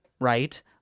right